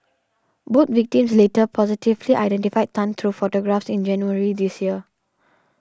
both victims later positively identified Tan through photographs in January this year